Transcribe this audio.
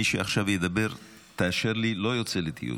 מי שעכשיו ידבר, תאשר לי, לא יוצא לטיול.